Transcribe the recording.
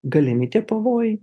galimi tie pavojai